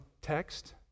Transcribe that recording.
text